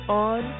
on